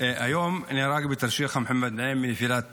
היום נהרג בתרשיחא מוחמד נעים מנפילת טיל,